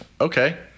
okay